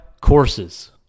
courses